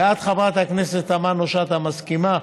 ואת, חברת הכנסת תמנו-שטה, מסכימה?